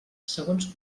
segons